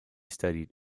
studied